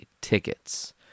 tickets